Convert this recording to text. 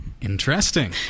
Interesting